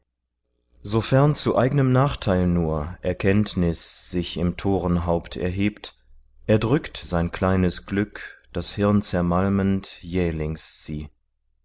sofern zu eignem nachteil nur erkenntnis sich im torenhaupt erhebt erdrückt sein kleines glück das hirn zermalmend jählings sie